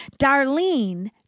Darlene